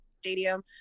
stadium